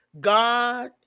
God